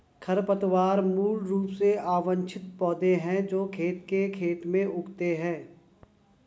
खरपतवार मूल रूप से अवांछित पौधे हैं जो खेत के खेत में उगते हैं